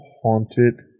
Haunted